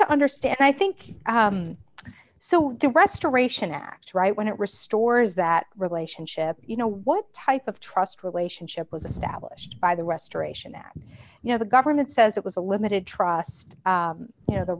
to understand i think so the restoration act right when it restores that relationship you know what type of trust relationship was established by the restoration that you know the government says it was a limited trust you know the